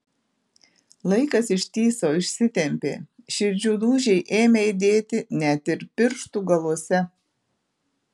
laikas ištįso išsitempė širdžių dūžiai ėmė aidėti net ir pirštų galuose